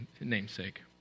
namesake